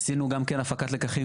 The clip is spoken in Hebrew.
עשינו גם הפקת לקחים,